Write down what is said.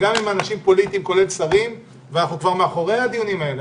גם עם אנשים פוליטיים כולל שרים ואנחנו כבר אחרי הדיונים האלה.